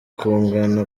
kungana